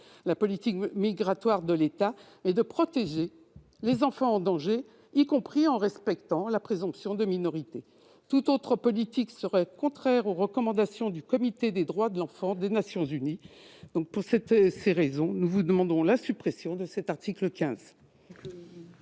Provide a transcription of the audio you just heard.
législatifs, mais de protéger les enfants en danger, y compris en respectant la présomption de minorité. Toute autre politique serait contraire aux recommandations du Comité des droits de l'enfant des Nations unies. Pour toutes ces raisons, nous demandons la suppression de cet article 15.